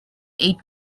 eight